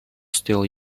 still